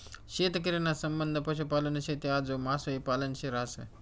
शेतकरी ना संबंध पशुपालन, शेती आजू मासोई पालन शे रहास